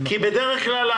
בדרך כלל,